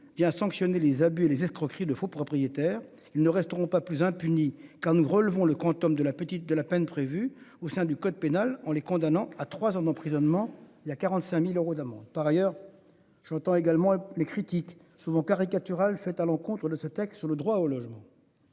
il à sanctionner les abus et les escroqueries de faux propriétaires ils ne resteront pas plus impunis quand nous relevons le quantum de la petite de la peine prévue au sein du code pénal en les condamnant à 3 ans d'emprisonnement. Il y a 45.000 euros d'amende par ailleurs. J'entends également les critiques souvent caricaturale faites à l'encontre de ce texte sur le droit au logement.